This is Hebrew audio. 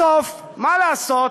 בסוף, מה לעשות,